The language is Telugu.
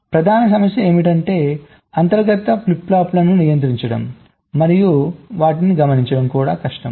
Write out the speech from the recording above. ప్రధాన సమస్య ఏమిటంటే అంతర్గత ఫ్లిప్ ఫ్లాప్లను నియంత్రించడం మరియు గమనించడం కష్టం